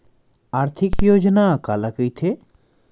आर्थिक योजना काला कइथे?